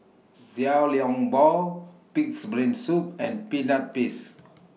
Xiao Long Bao Pig'S Brain Soup and Peanut Paste